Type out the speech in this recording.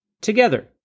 together